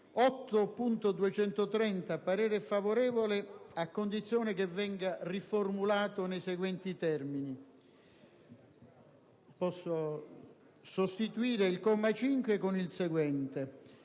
esprimo parere favorevole, a condizione che venga riformulato nei seguenti termini: «*Sostituire il comma 5 con il seguente:*